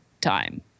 time